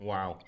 Wow